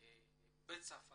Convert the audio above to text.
כבר בצרפת.